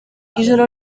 ijoro